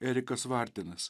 erikas vardinas